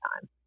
time